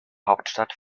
hauptstadt